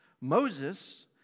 Moses